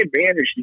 advantage